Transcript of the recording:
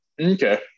Okay